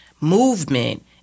movement